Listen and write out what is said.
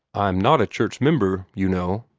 i'm not a church member, you know,